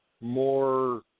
more